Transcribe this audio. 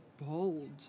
bold